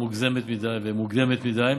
הייתה הערכה מוגזמת מדי ומוקדמת מדי.